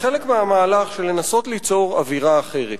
כחלק מהמהלך של ניסיון ליצור אווירה אחרת